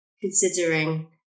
considering